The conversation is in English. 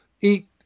eat